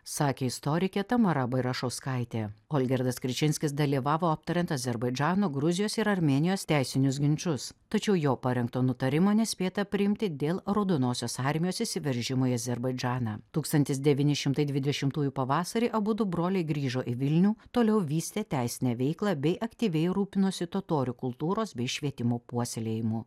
sakė istorikė tamara bairašauskaitė o olgirdas krečinskis dalyvavo aptariant azerbaidžano gruzijos ir armėnijos teisinius ginčus tačiau jo parengto nutarimo nespėta priimti dėl raudonosios armijos įsiveržimo į azerbaidžaną tūkstantis devyni šimtai dvidešimtųjų pavasarį abudu broliai grįžo į vilnių toliau vystė teisinę veiklą bei aktyviai rūpinosi totorių kultūros bei švietimo puoselėjimu